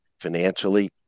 financially